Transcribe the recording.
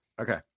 Okay